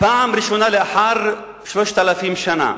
פעם ראשונה לאחר 3,000 שנה